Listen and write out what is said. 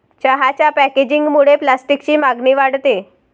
चहाच्या पॅकेजिंगमुळे प्लास्टिकची मागणी वाढते